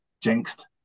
jinxed